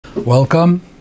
Welcome